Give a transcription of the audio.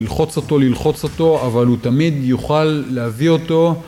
ללחוץ אותו, ללחוץ אותו, אבל הוא תמיד יוכל להביא אותו.